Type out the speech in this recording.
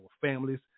families